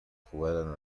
jugaron